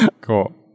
cool